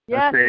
Yes